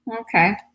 Okay